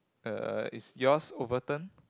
uh is yours overturned